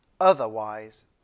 Otherwise